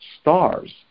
stars